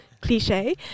cliche